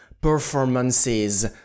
performances